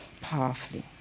powerfully